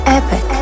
Epic